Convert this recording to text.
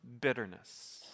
bitterness